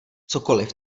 cokoliv